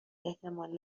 احتمال